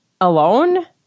alone